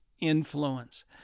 influence